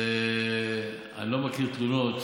אני לא מכיר תלונות